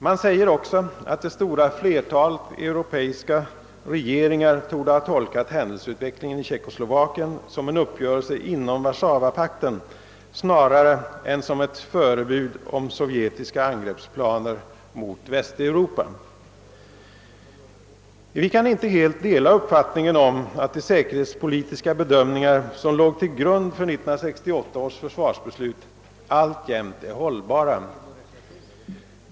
Man säger också att det stora flertalet europeiska regeringar borde ha tolkat händelseutvecklingen i Tjeckoslovakien som en uppgörelse inom Warszawapakten snarare än som ett förebud om sovjetiska angreppsplaner mot Västeuropa. Vi kan inte helt dela uppfattningen att de säkerhetspolitiska bedömningar som låg till grund för 1968 års försvarsbeslut alltjämt är hållbara.